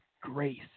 grace